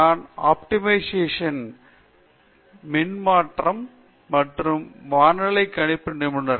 நான் optimization optimization மின் பரிமாற்ற மற்றும் வானிலை கணிப்பு நிபுணர்